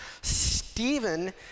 Stephen